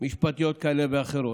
משפטיות כאלה ואחרות.